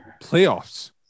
playoffs